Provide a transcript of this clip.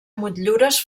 motllures